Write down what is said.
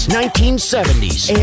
1970s